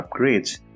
upgrades